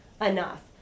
enough